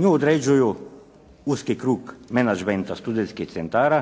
Nju određuju uski krug menadžmenta studentskih centara